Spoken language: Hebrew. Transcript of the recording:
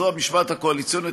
זו המשמעת הקואליציונית,